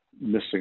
missing